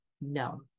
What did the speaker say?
no